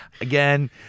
Again